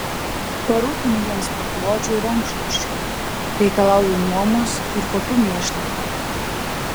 parūpinu jiems paklodžių ir rankšluosčių reikalauju nuomos ir kuopiu mėšlą